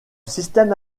système